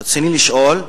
רצוני לשאול: